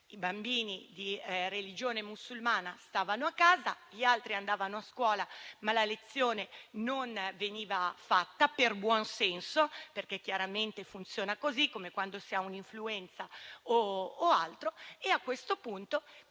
I bambini di religione musulmana stavano a casa, gli altri andavano a scuola, ma la lezione non veniva svolta per buonsenso, perché chiaramente funziona come quando si ha un'influenza o altro; a questo punto